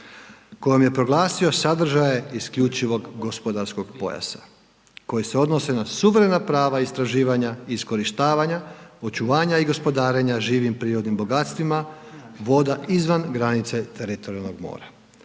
kojom je proglasio sadržaje isključivog gospodarskog pojasa. Koji se odnose na suvremena prava istraživanja, iskorištavanja, očuvanja i gospodarenja živim prirodnim bogatstvima voda izvan granica teritorijalnog mora